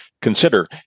consider